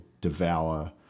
devour